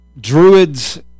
druids